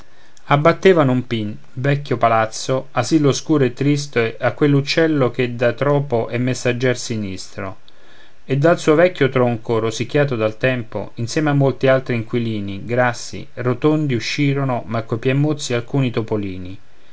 abbattevano un pin vecchio palazzo asil oscuro e tristo a quell'uccel che d'atropo è messaggier sinistro e dal suo vecchio tronco rosicchiato dal tempo insiem a molti altri inquilini grassi rotondi uscirono ma coi piè mozzi alcuni topolini